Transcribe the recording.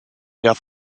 der